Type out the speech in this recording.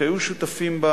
שהיו שותפים בה